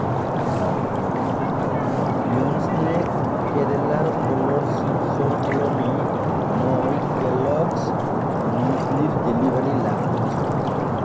beyond snack কেৰেলাৰ কলৰ চিপ্ছৰ সলনি মই কেলগ্ছ মিউছ্লিৰ ডেলিভাৰী লাভ কৰিছোঁ